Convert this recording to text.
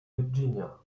virginia